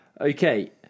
okay